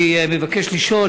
אני מבקש לשאול,